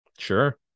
Sure